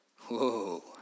Whoa